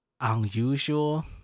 unusual